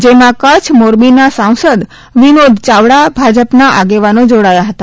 જેમાં કચ્છ મોરબી ના સાંસદ વિનોદ ચાવડા ભાજપના આગેવાનો જોડાયા હતા